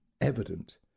evident